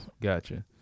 gotcha